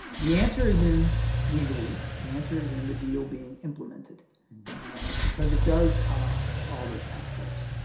the answer is in we believe the answer is in the deal being implemented because it does cut off all those pathways.